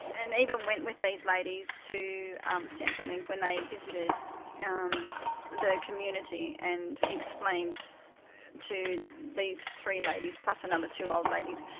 and even went with these ladies to um centrelink when they visited um the community and explained to these three ladies, plus another two old ladies,